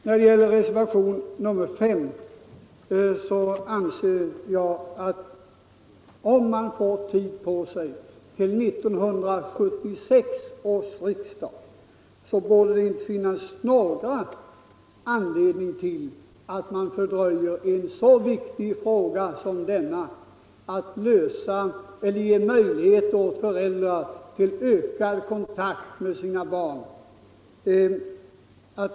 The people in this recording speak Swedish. När det gäller reservationen 5 anser jag att om man får tid på sig till 1976 års riksmöte bör det inte finnas någon anledning att ytterligare fördröja lösningen av denna viktiga fråga, dvs. att ge föräldrarna möjlighet till ökad kontakt med sina barn.